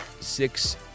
six